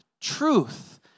Truth